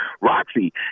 Roxy